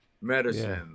medicine